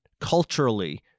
culturally